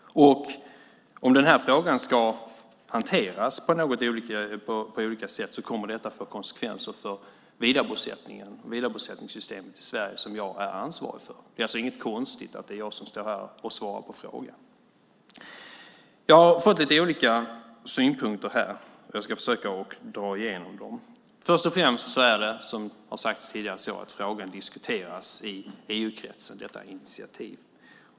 Om den här frågan ska hanteras på olika sätt kommer detta att få konsekvenser för vidarebosättningssystemet i Sverige, som jag är ansvarig för. Det är alltså inget konstigt i att det är jag som står här och svarar på frågor. Jag har fått lite olika synpunkter. Jag ska försöka dra igenom dem. Först och främst är det, som har sagts tidigare, så att frågan och detta initiativ diskuteras i EU-kretsen.